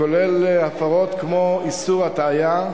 וכולל הפרות כמו איסור הטעיה,